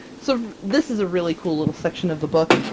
so this is a really cool little section of the book.